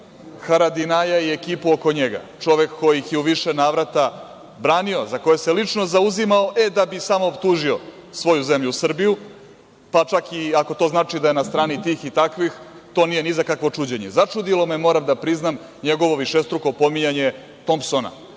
žarom, Haradinaja i ekipu oko njega, čovek koji ih je u više navrata branio, za koje se lično zauzimao, e, da bi samo optužio svoju zemlju Srbiju, pa čak i ako to znači da je na strani tih i takvih, to nije ni za kakvo čuđenje.Začudilo me, moram da priznam, njegovo višestruko pominjanje Tompsona.